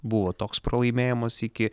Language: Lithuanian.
buvo toks pralaimėjimas iki